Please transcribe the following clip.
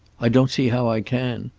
i don't see how i can.